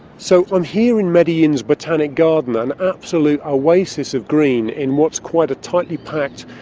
so i'm here in medellin's botanic garden, an absolute ah oasis of green in what's quite a tightly packed,